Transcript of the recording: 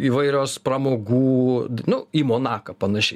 įvairios pramogų nu į monaką panašiai